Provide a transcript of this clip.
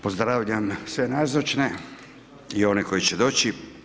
pozdravljam sve nazočne i one koji će doći.